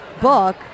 book